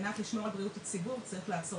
על מנת לשמור על בריאות הציבור צריך לעצור